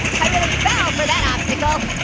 i really fell for that obstacle.